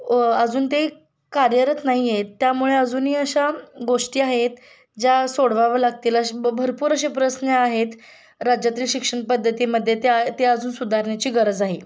अजून ते कार्यरत नाही आहेत त्यामुळे अजूनही अशा गोष्टी आहेत ज्या सोडवाव्या लागतील असे ब भरपूर असे प्रश्न आहेत राज्यातील शिक्षण पद्धतीमध्ये त्या ते अजून सुधारण्याची गरज आहे